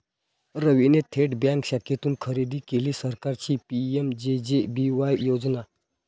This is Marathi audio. रवीने थेट बँक शाखेतून खरेदी केली सरकारची पी.एम.जे.जे.बी.वाय योजना